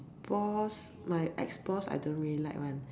boss my ex boss I don't really like [one]